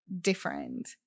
different